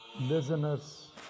listeners